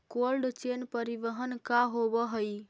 Cold chain परिवहन का होव हइ?